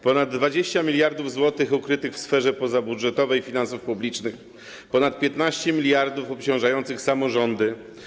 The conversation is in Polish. Ponad 20 mld zł ukrytych w sferze pozabudżetowej finansów publicznych, ponad 15 mld obciążających samorządy.